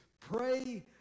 pray